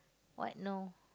what no